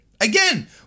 Again